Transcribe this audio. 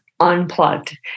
unplugged